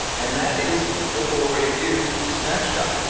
and that is the four-way view snapshot.